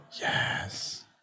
Yes